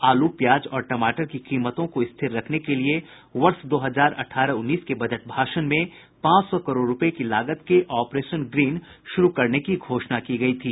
आलू प्याज और टमाटर की कीमतों को स्थिर रखने के लिए वर्ष दो हजार अठारह उन्नीस के बजट भाषण में पांच सौ करोड़ रुपये की लागत के आपरेशन ग्रीन शुरू करने की घोषणा गई थी